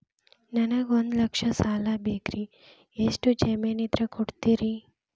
ನನಗೆ ಒಂದು ಲಕ್ಷ ಸಾಲ ಬೇಕ್ರಿ ಎಷ್ಟು ಜಮೇನ್ ಇದ್ರ ಕೊಡ್ತೇರಿ?